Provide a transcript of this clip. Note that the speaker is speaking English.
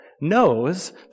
knows